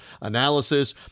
analysis